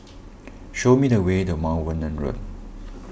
show me the way to Mount Vernon Road